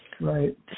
Right